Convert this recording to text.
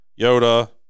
yoda